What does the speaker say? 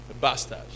Bastard